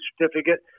certificate